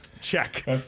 check